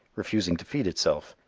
refusing to feed itself,